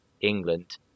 England